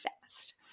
fast